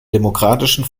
demokratischen